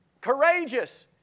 Courageous